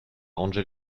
angel